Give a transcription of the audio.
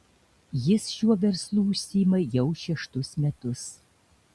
jis šiuo verslu užsiima jau šeštus metus